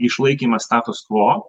išlaikymą status quo